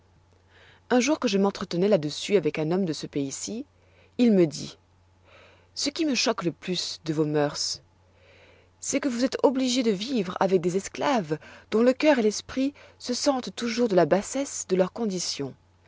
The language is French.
un jour que je m'entretenois là-dessus avec un homme de ce pays-ci il me dit ce qui me choque le plus de vos mœurs c'est que vous êtes obligés de vivre avec des esclaves dont le cœur et l'esprit se sentent toujours de la bassesse de leur condition